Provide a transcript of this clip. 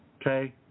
Okay